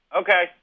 Okay